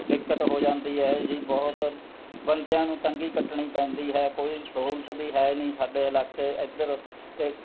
ਦਿੱਕਤ ਹੋ ਜਾਂਦੀ ਹੈ ਜੀ ਬਹੁਤ ਬੰਦਿਆਂ ਨੂੰ ਤੰਗੀ ਕੱਟਣੀ ਪੈਂਦੀ ਹੈ ਕੋਈ ਸਹੂਲਤ ਵੀ ਹੈ ਨਹੀਂ ਸਾਡੇ ਇਲਾਕੇ ਇੱਧਰ ਅਤੇ